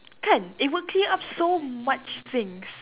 kan it will clear up so much things